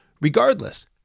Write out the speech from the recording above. Regardless